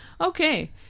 Okay